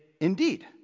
indeed